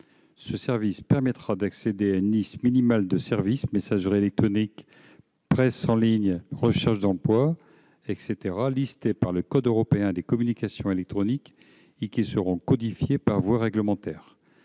mesure permettra d'accéder à une liste minimale de services- messagerie électronique, presse en ligne, recherche d'emploi, etc. -fixée par le code européen des communications électroniques et qui sera codifiée par voie réglementaire.